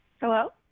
Hello